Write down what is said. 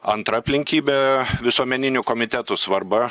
antra aplinkybė visuomeninių komitetų svarba